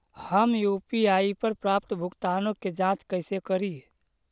हम यु.पी.आई पर प्राप्त भुगतानों के जांच कैसे करी?